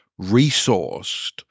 resourced